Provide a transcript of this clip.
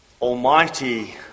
Almighty